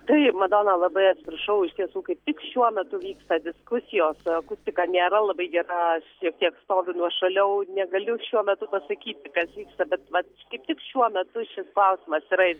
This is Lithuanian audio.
tai madona labai atsiprašau iš tiesų kaip tik šiuo metu vyksta diskusijos akustika nėra labai gera šiek tiek stoviu nuošaliau negaliu šiuo metu pasakyti kas vyksta bet va kaip tik šiuo metu šis klausimas yra